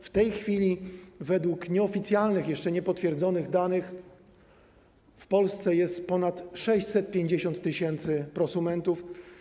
W tej chwili według nieoficjalnych, jeszcze niepotwierdzonych danych w Polsce jest ponad 650 tys. prosumentów.